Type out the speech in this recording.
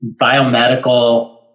biomedical